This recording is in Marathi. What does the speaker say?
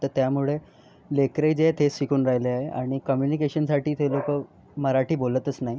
तर त्यामुळे लेकरे जे आहेत हेच शिकून राहिले आहेत आणि कम्युनिकेशनसाठी ते लोक मराठी बोलतच नाही